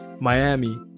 Miami